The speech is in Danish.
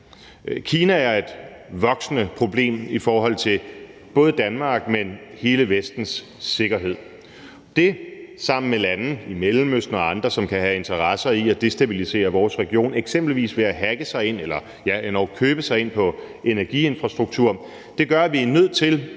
Kina er et voksende problem i forhold til både Danmarks, men også hele Vestens sikkerhed. Det er de sammen med lande i Mellemøsten og andre, som kan have en interesse i at destabilisere vores region, eksempelvis ved at hacke sig ind i eller endog købe sig ind på energiinfrastruktur, og det gør, at vi er nødt til